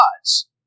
gods